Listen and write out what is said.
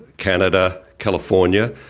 canada, california.